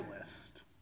list